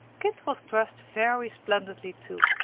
kit was dressed very splendidly too.